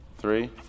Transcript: three